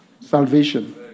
salvation